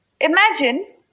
Imagine